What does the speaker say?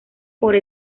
por